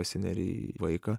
pasineri į vaiką